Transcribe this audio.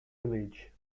village